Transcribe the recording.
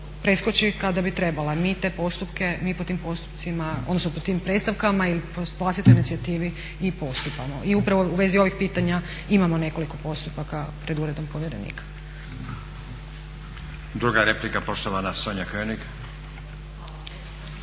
preskoči kada bi trebala. Mi te postupke, mi po tim postupcima, odnosno po tim predstavkama i po vlastitoj inicijativi i postupamo. I upravo u vezi ovih pitanja imamo nekoliko postupaka pred Uredom povjerenika. **Stazić, Nenad (SDP)** Druga replika, poštovana Sonja König.